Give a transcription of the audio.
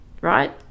right